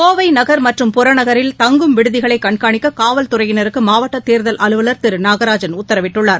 கோவைநகர் மற்றும் புறநகரில் தங்கும் விடுதிகளைகண்காணிக்காவல் துறையினருக்குமாவட்டதேர்தல் அலுவலர் திருநாகராஜன் உத்தரவிட்டுள்ளார்